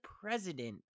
president